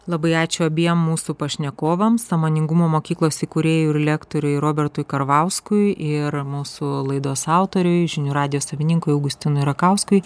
labai ačiū abiem mūsų pašnekovams sąmoningumo mokyklos įkūrėjui ir lektoriui robertui karvauskui ir mūsų laidos autoriui žinių radijo savininkui augustinui rakauskui